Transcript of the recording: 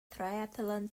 triathlon